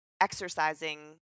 exercising